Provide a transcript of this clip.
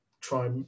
try